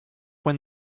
when